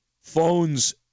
phones